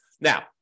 Now